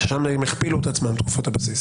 שם תקופות הבסיס